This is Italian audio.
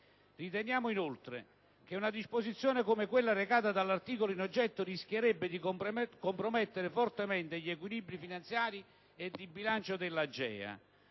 Riteniamo, inoltre, che una disposizione come quella recata dall'articolo in oggetto rischierebbe di compromettere fortemente gli equilibri finanziari e di bilancio dell'Agenzia